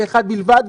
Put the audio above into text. ואחד בלבד,